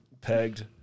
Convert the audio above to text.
Pegged